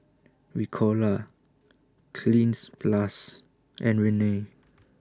Ricola Cleanz Plus and Rene